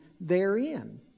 therein